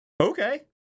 Okay